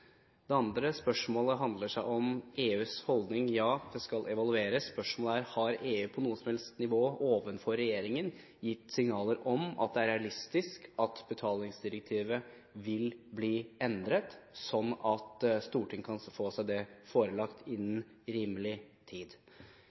Det andre spørsmålet handler om EUs holdning. Ja, det skal evalueres. Spørsmålet er: Har EU på noe som helst nivå overfor regjeringen gitt signaler om at det er realistisk at betalingsdirektivet vil bli endret, sånn at Stortinget kan få seg det forelagt innen rimelig tid?